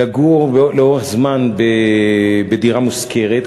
לגור לאורך זמן בדירה מושכרת,